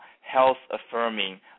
health-affirming